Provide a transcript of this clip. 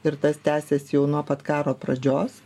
ir tas tęsias jau nuo pat karo pradžios